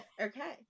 Okay